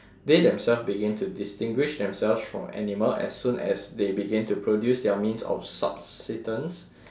they themselves begin to distinguish themselves from animal as soon as they begin to produce their means of subsistence